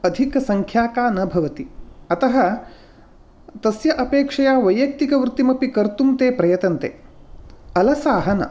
अधिकसंख्याका न भवति अतः तस्य अपेक्षया वैयक्तिकवृत्तिमपि कर्तुं ते प्रयतन्ते अलसाः न